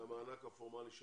-- מהמענק הפורמלי של